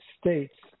states